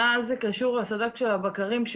מה זה קשור לסד"כ של הבקרים?